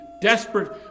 desperate